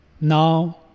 Now